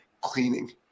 cleaning